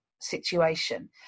situation